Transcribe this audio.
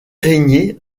régnier